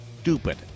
stupid